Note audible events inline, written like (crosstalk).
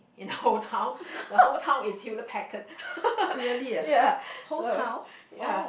in the whole town the whole town is Hewlett-Packard (laughs) ya so ya